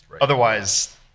otherwise